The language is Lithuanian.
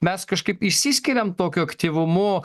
mes kažkaip išsiskiriam tokiu aktyvumu